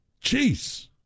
Jeez